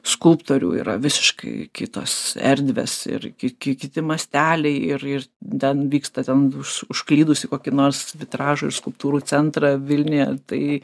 skulptorių yra visiškai kitos erdvės ir ki ki kiti masteliai ir ir ten vyksta ten už užklydus į kokį nors trąšų ir skulptūrų centrą vilniuje tai